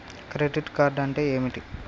Credit card అంటే ఏమిటి?